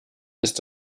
ist